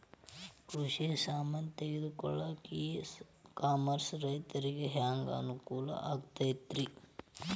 ಕೃಷಿ ಸಾಮಾನ್ ತಗೊಳಕ್ಕ ಇ ಕಾಮರ್ಸ್ ರೈತರಿಗೆ ಹ್ಯಾಂಗ್ ಅನುಕೂಲ ಆಕ್ಕೈತ್ರಿ?